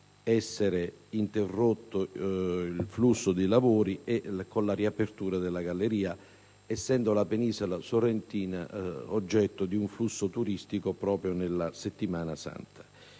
essere interrotto il corso dei lavori per la riapertura della galleria, essendo la Penisola sorrentina oggetto di un flusso turistico proprio durante la settimana santa.